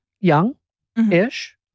young-ish